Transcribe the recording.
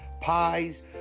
pies